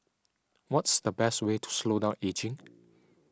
what's the best way to slow down ageing